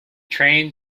train